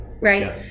right